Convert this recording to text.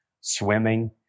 swimming